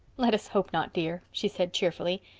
let us hope not, dear, she said cheerfully.